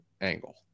angle